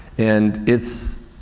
and it's,